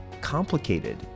complicated